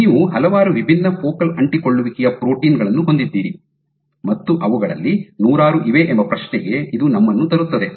ನೀವು ಹಲವಾರು ವಿಭಿನ್ನ ಫೋಕಲ್ ಅಂಟಿಕೊಳ್ಳುವಿಕೆಯ ಪ್ರೋಟೀನ್ ಗಳನ್ನು ಹೊಂದಿದ್ದೀರಿ ಮತ್ತು ಅವುಗಳಲ್ಲಿ ನೂರಾರು ಇವೆ ಎಂಬ ಪ್ರಶ್ನೆಗೆ ಇದು ನಮ್ಮನ್ನು ತರುತ್ತದೆ